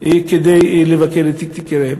כדי לבקר את יקיריהם.